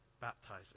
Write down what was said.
baptizing